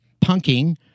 punking